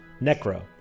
Necro